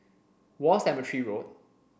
War Cemetery Road